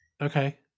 Okay